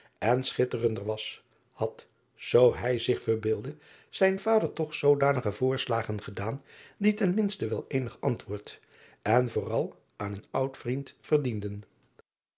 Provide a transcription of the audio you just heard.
en schitterender was had zoo hij zich verbeeldde zijn vader toch zoodanige voorslagen gedaan die ten minste wel eenig antwoord en vooral aan een oud vriend verdienden